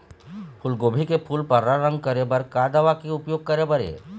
फूलगोभी के फूल पर्रा रंग करे बर का दवा के उपयोग करे बर ये?